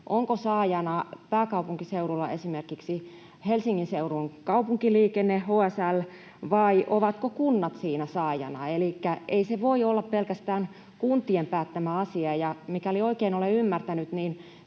onko saajana pääkaupunkiseudulla esimerkiksi Helsingin seudun kaupunkiliikenne HSL, vai ovatko kunnat siinä saajana? Ei se voi olla pelkästään kuntien päättämä asia, ja mikäli oikein olen ymmärtänyt,